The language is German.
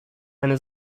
eine